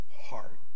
heart